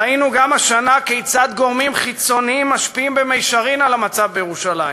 ראינו גם השנה כיצד גורמים חיצוניים משפיעים במישרין על המצב בירושלים,